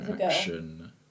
action